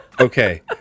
Okay